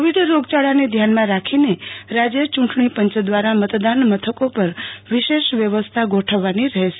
કોવિડરોગચાળાને ધ્યાનમાં રાખીને રાજ્ય ચૂંટણી પંચ દ્વારા મતદાન મથકો પર વિશેષ વ્યવસ્થા ગોઠવવાની રહેશે